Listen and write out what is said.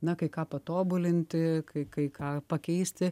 na kai ką patobulinti kai kai ką pakeisti